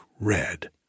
red